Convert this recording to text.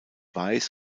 weiß